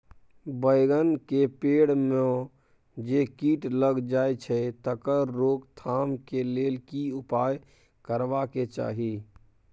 बैंगन के पेड़ म जे कीट लग जाय छै तकर रोक थाम के लेल की उपाय करबा के चाही?